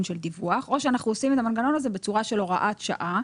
של דיווח או שאנחנו עושים את המנגנון הזה בצורה של הוראת שעה,